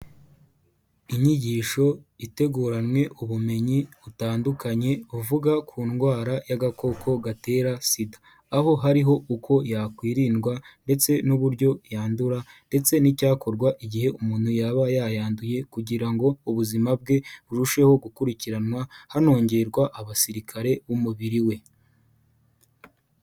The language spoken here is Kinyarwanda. Inyigisho iteguranywe ubumenyi butandukanye uvuga ku ndwara y'agakoko gatera sida, aho hariho uko yakwirindwa ndetse n'uburyo yandura ndetse n'icyakorwa igihe umuntu yaba yayanduye kugira ngo ubuzima bwe burusheho gukurikiranwa hanongerwa abasirikare umubiri we.